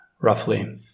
roughly